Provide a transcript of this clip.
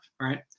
right